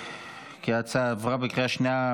כי ההצעה עברה בקריאה שנייה.